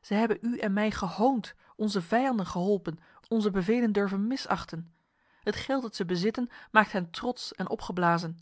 zij hebben u en mij gehoond onze vijanden geholpen onze bevelen durven misachten het geld dat zij bezitten maakt hen trots en opgeblazen